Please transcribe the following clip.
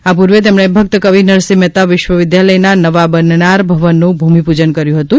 આ પૂર્વે તેમણે ભક્ત કવિ નરસિંહ મહેતા વિશ્વવિદ્યાલયના નવા બનનાર ભવનનું ભૂમિપૂજન કર્યું હતું